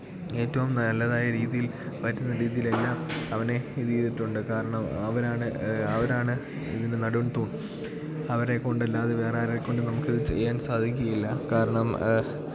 ഏറ്റവും നല്ലതായ രീതിയിൽ പറ്റുന്ന രീതിയിൽ എല്ലാം അവനെ ഇത് ചെയ്തിട്ടുണ്ട് കാരണം അവരാണ് അവരാണ് ഇതിന് നെടും തൂൺ അവരെ കൊണ്ട് അല്ലാതെ വേറെ ആരെക്കൊണ്ടും നമുക്ക് ഇത് ചെയ്യാൻ സാധിക്കുകയില്ല കാരണം